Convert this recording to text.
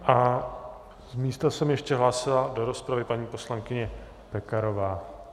A z místa se mi ještě hlásila do rozpravy paní poslankyně Pekarová.